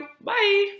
Bye